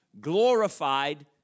glorified